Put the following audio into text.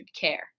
care